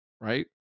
right